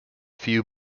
few